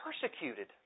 persecuted